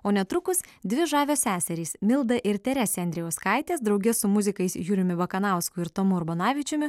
o netrukus dvi žavios seserys milda ir teresė andrijauskaitės drauge su muzikais juliumi vakanausku ir tomu urbanavičiumi